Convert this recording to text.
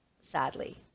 sadly